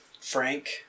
Frank